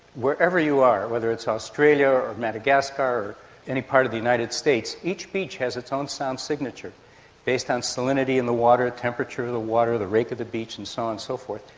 wherever you are, whether it's australia or madagascar or any part of the united states, each beach has its own sound signature based on salinity in the water, the temperature of the water, the rake of the beach and so on and so forth.